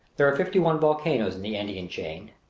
there are fifty-one volcanoes in the andean chain.